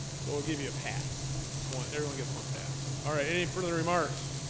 so we'll give you a passed this one everyone gets one pass all right any further remarks